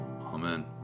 Amen